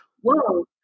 whoa